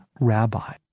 rabbi